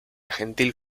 gentil